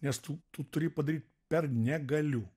nes tu tu turi padaryt per negaliu